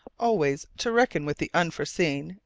always to reckon with the unforeseen,